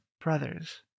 Brothers